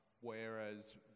whereas